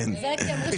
פה אחד, הרביזיה נדחתה.